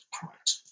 Correct